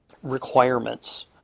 requirements